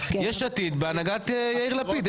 יש עתיד בהנהגת יאיר לפיד.